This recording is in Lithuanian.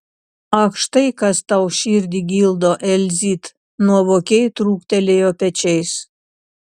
ak štai kas tau širdį gildo elzyt nuovokiai trūktelėjo pečiais